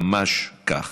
ממש כך.